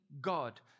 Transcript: God